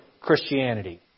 Christianity